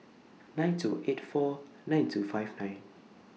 nine two eight four nine two five nine